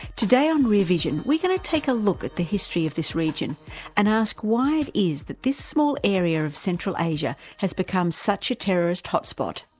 today on rear vision we're going to take a look at the history of this region and ask why it is that this small area of central asia has become such a terrorist hotspot.